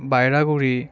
Bairaguri